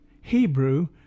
Hebrew